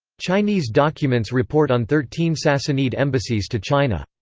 chinese documents report on thirteen sassanid embassies to china.